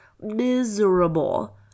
miserable